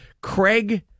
Craig